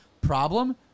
Problem